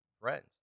friends